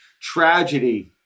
tragedy